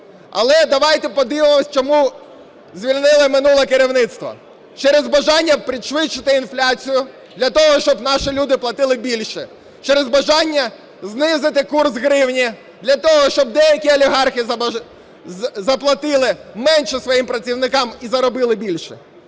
Але давайте подивимося, чому звільнили минуле керівництво: через бажання пришвидшити інфляцію, для того щоб наші люди платили більше, через бажання знизити курс гривні, для того щоб деякі олігархи заплатили менше своїм працівникам і заробили більше.